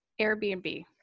airbnb